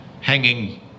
hanging